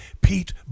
Pete